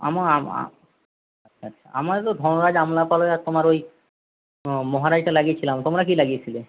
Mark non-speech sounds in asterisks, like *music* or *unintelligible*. আমার *unintelligible* আচ্ছা আমারও *unintelligible* তোমার ওই মহারাজটা লাগিয়েছিলাম তোমরা কি লাগিয়েছিলে